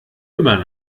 immer